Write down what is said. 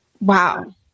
Wow